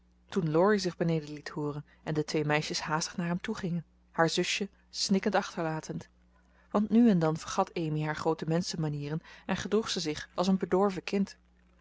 toen laurie zich beneden liet hooren en de twee meisjes haastig naar hem toe gingen haar zusje snikkend achterlatend want nu en dan vergat amy haar groote menschen manieren en gedroeg ze zich als een bedorven kind